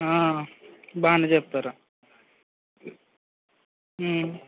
బాగానే చెప్పారు